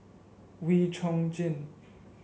Wee Chong Jin